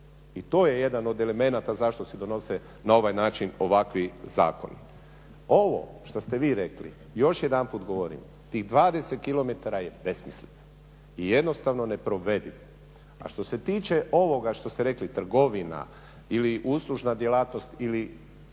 I to je jedan od elemenata zašto se donose na ovaj način ovakvi zakoni. Ovo što ste vi rekli još jedanput govorim, tih 20 km je besmislica i jednostavno ne provediv a što se tiče ovoga što ste rekli trgovina ili uslužna djelatnost ili